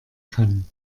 kann